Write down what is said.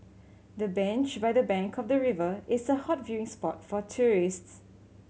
the bench by the bank of the river is a hot viewing spot for tourists